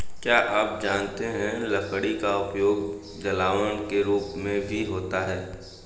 क्या आप जानते है लकड़ी का उपयोग जलावन के रूप में भी होता है?